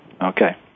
Okay